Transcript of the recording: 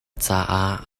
caah